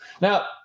Now